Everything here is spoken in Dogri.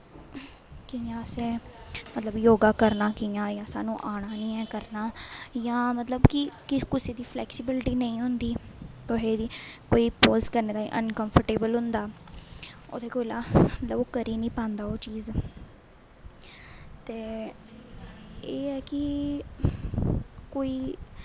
कि'यां असें मतलब योग करना कि'यां जां सानूं आना निं ऐ करना जां मतलब कि किसे कुसै दी फलैकसिबिलटी नेईं होंदी कुहै दी पोज करने ताईं अनकंफ्रटेबल होंदा ओह्दे कोला मतलब ओह् करी निं पांदा ओह् चीज ते एह् ऐ कि कोई